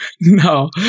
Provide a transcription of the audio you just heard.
No